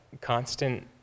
constant